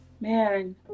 man